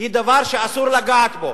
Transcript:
היא דבר שאסור לגעת בו.